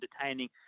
entertaining